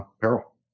peril